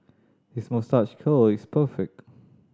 his moustache curl is perfect